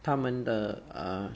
他们的 uh